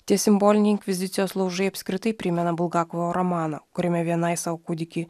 tie simboliniai inkvizicijos laužai apskritai primena bulgakovo romaną kuriame vienai savo kūdikį